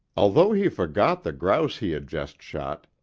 although he forgot the grouse he had just shot,